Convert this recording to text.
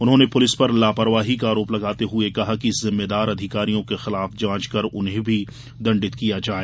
उन्होंने पुलिस पर लापरवाही का आरोप लगाते हुए कहा कि जिम्मेदार अधिकारियों के खिलाफ जांच कर उन्हें भी दंडित किया जाए